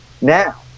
Now